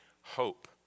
hope